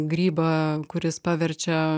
grybą kuris paverčia